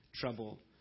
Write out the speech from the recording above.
Trouble